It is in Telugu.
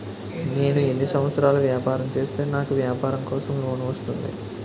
నేను ఎన్ని సంవత్సరాలు వ్యాపారం చేస్తే నాకు వ్యాపారం కోసం లోన్ వస్తుంది?